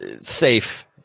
safe